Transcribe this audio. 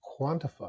quantify